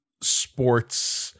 sports